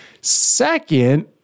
Second